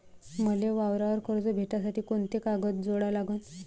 मले वावरावर कर्ज भेटासाठी कोंते कागद जोडा लागन?